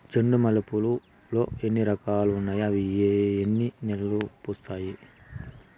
చెండు మల్లె పూలు లో ఎన్ని రకాలు ఉన్నాయి ఇవి ఎన్ని నెలలు పూస్తాయి